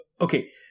okay